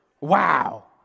Wow